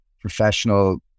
professional